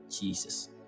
Jesus